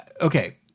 okay